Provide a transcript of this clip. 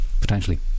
potentially